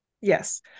yes